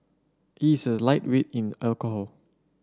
he is a lightweight in alcohol